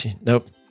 nope